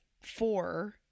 four